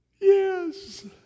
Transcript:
yes